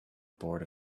board